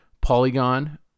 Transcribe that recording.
Polygon